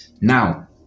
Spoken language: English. now